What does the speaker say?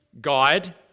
guide